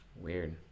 Weird